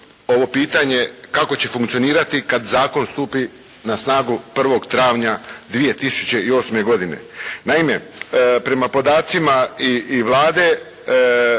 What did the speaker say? ovo pitanje kako će funkcionirati kada zakon stupi na snagu 1. travnja 2008. godine. Naime, prema podacima i Vlade,